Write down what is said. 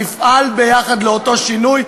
נפעל יחד לאותו שינוי,